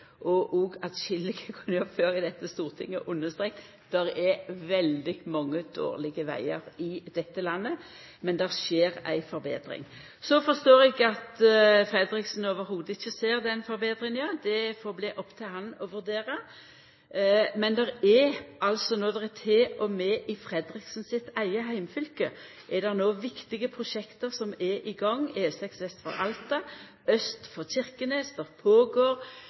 og òg atskillege gonger før i dette stortinget streka under at det er veldig mange dårlege vegar i dette landet. Men det skjer ei forbetring. Eg forstår at Fredriksen slett ikkje ser den forbetringa. Det får vera opp til han å vurdera, men til og med i Fredriksen sitt eige heimfylke er det no viktige prosjekt i gang – E6 vest for